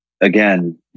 again